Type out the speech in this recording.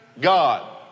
God